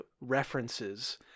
references